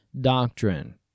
doctrine